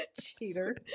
Cheater